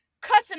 cussing